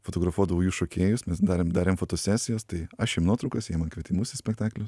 fotografuodavau jų šokėjus nes darėm darėm fotosesijas tai aš jiem nuotraukas jie man kvietimus į spektaklį